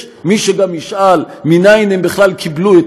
יש מי שגם ישאל מניין הם בכלל קיבלו את